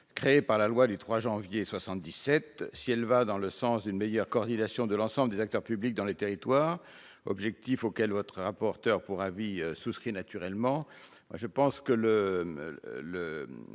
cohésion des territoires. Si elle va dans le sens d'une meilleure coordination de l'ensemble des acteurs publics dans les territoires, objectif auquel votre rapporteur pour avis souscrit naturellement,